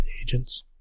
Agents